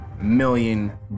million